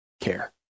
care